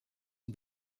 die